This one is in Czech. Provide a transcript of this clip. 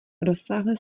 rozsáhlé